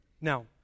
Now